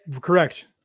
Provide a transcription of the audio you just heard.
correct